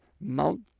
mount